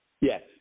Yes